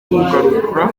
kugarurura